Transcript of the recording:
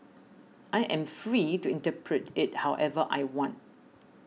I am free to interpret it however I want